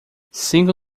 cinco